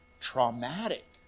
traumatic